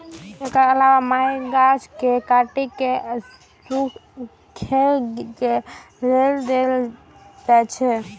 एकर अलावे मकइक गाछ कें काटि कें सूखय लेल दए देल जाइ छै